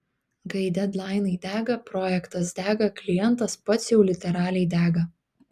kai dedlainai dega projektas dega klientas pats jau literaliai dega